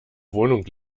wohnung